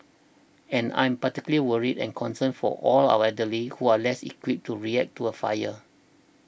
and I'm particularly worried and concerned for all our elderly who are less equipped to react to a fire